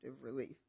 relief